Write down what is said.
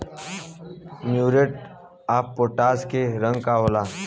Muriate of potash के रंग का होला?